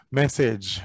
message